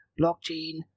blockchain